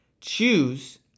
Choose